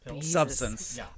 substance